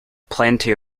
plenty